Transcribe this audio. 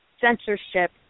censorship